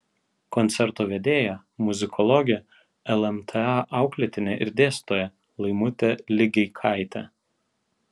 koncerto vedėja muzikologė lmta auklėtinė ir dėstytoja laimutė ligeikaitė